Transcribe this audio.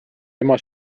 ema